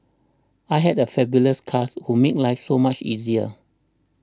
I had a fabulous cast who made life so much easier